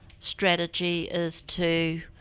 strategy is to